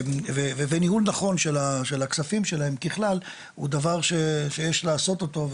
וניהול נכון של הכספים שלהם ככלל הוא דבר שיש לעשות אותו,